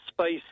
space